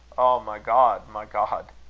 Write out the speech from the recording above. my god! my god!